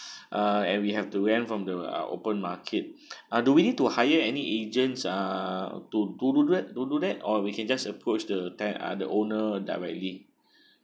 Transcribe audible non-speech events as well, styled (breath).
(breath) uh and we have to rent from the uh open market (breath) uh do we need to hire any agent uh to to do that to do that or we can just approach the ten~ uh the owner directly